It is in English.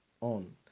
on